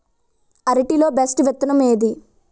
అరటి లో బెస్టు విత్తనం ఏది?